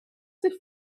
sich